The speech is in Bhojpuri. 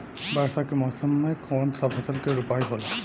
वर्षा के मौसम में कौन सा फसल के रोपाई होला?